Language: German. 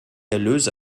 erlöse